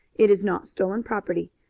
it is not stolen property.